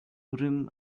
urim